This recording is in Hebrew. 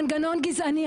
מנגנון גזעני.